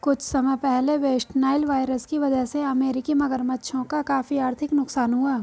कुछ समय पहले वेस्ट नाइल वायरस की वजह से अमेरिकी मगरमच्छों का काफी आर्थिक नुकसान हुआ